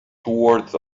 towards